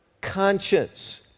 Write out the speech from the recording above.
conscience